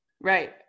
right